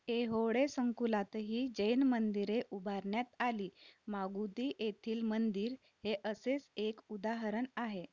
ऐहोळे संकुलातही जैन मंदिरे उभारण्यात आली मागुदी एथील मंदिर हे असेच एक उदाहरण आहे